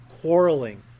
quarreling